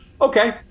okay